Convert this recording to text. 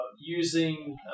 using